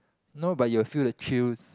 no but you will feel the chills